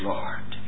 Lord